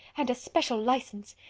and a special licence.